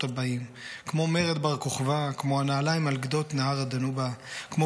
הבאים / כמו מרד בר כוכבא / כמו הנעליים על גדות נהר הדנובה / כמו